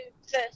first